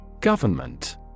Government